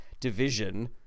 division